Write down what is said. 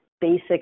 basic